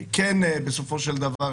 בסופו של דבר,